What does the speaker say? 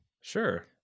Sure